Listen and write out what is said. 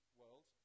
world